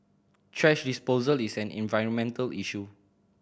thrash disposal is an environmental issue